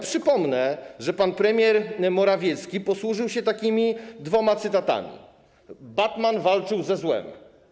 Przypomnę, że pan premier Morawiecki posłużył się takimi dwoma cytatami: Batman walczył ze złem.